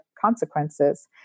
consequences